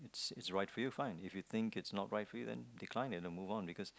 is right for you fine if you think is not right for you then you kind have to move on because